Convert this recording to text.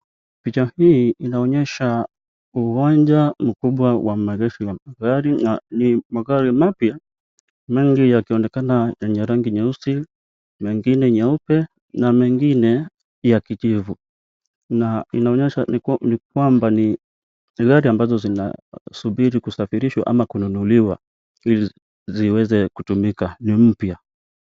Picha hii inaonyesha uwanja mkubwa wa maegesho ya magari na ni magari mapya, mengi yakionekana yenye rangi nyeusi, mengine nyeupe na mengine ya kijivu na inaonyesha ni kwamba ni gari ambazo zinasubiri kusafirishwa ama kununuliwa ili ziweze kutumika. Ni mpya.